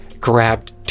grabbed